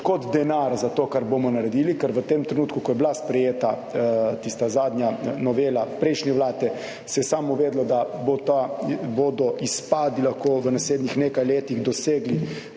kod denar za to, kar bomo naredili, ker v tem trenutku, ko je bila sprejeta tista zadnja novela prejšnje Vlade, se je samo vedelo, da bodo izpadi lahko v naslednjih nekaj letih dosegli